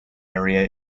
area